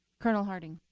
colonel harting.